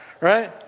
right